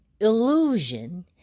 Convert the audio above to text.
illusion